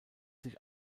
sich